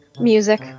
Music